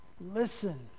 Listen